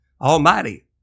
almighty